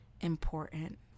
important